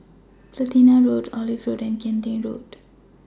Platina Road Olive Road and Kian Teck Road